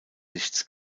lichts